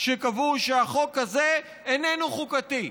שקבעו שהחוק הזה איננו חוקתי.